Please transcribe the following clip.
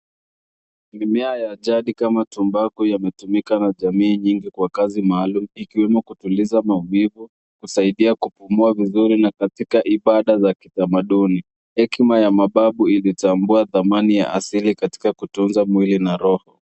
Mimea ya jadi kama tumbaku yametumika na jamii nyingi kwa kazi maalum ikiwemo kutuliza maumivu, kusaidia kupumua vizuri na katika ibada za kitamaduni. Hekima ya mababu ilitambua dhamani ya asili katika kutunza mwili na roho.